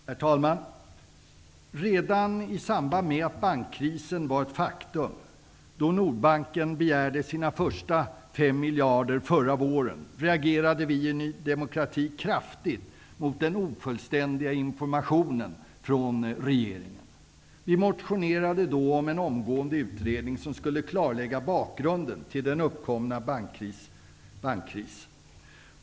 Herr talman! Redan i samband med att bankkrisen var ett faktum, då Nordbanken begärde sina första 5 miljarder förra våren, reagerade vi i Ny demokrati kraftigt mot den ofullständiga informationen från regeringen. Vi motionerade då om en omgående utredning som skulle klarlägga bakgrunden till den uppkomna bankkrisen.